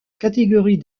catégorie